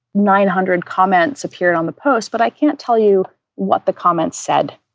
nine hundred comments appeared on the post, but i can't tell you what the comments said.